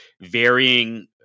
varying